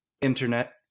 internet